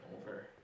over